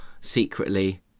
secretly